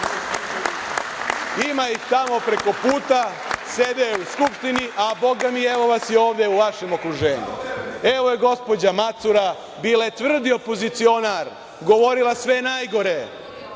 Ima ih tamo prekoputa, sede u Skupštini, a bogami, evo vas i ovde u vašem okruženju. Evo je gospođa Macura. Bila je tvrdi opozicionar, govorila sve najgore